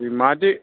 ഈ മാറ്റി